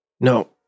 No